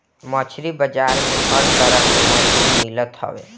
मछरी बाजार में हर तरह के मछरी मिलत हवे